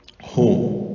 home